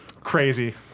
Crazy